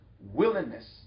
willingness